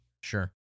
Sure